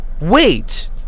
wait